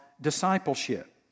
discipleship